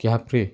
କ୍ୟାବ୍ରେ